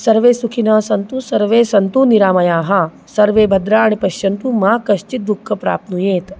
सर्वे सुखिनः सन्तु सर्वे सन्तु निरामयाः सर्वे भद्राणि पश्यन्तु मा कश्चित् दुःखं प्राप्नुयात्